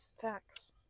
Facts